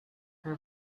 her